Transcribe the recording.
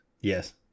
Yes